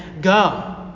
go